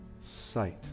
sight